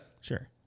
Sure